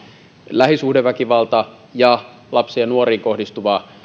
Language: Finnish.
lähisuhdeväkivalta ja lapsiin ja nuoriin kohdistuva